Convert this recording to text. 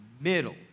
middle